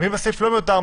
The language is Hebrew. ואם הסעיף לא מיותר,